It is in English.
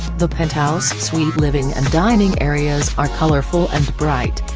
the penthouse suite living and dining areas are colorful and bright.